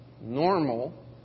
Normal